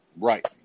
Right